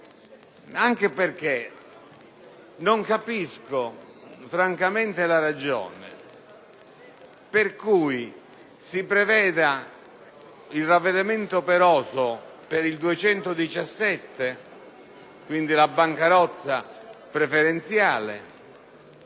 dal resto. Non capisco francamente la ragione per cui si preveda il ravvedimento operoso per l’articolo 217, quindi la bancarotta preferenziale,